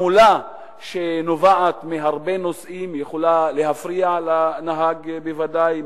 המולה שנובעת מהרבה נוסעים יכולה להפריע לנהג בוודאי,